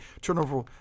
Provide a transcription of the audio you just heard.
turnover